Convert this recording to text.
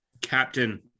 captain